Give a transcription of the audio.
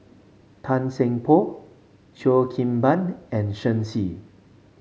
Tan Seng Poh Cheo Kim Ban and Shen Xi